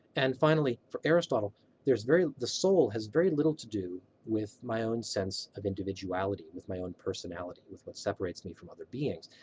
and finally for aristotle there's very. the soul has very little to do with my own sense of individuality, with my own personality, with what separates me from other beings.